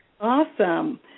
Awesome